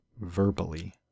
verbally